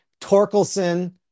Torkelson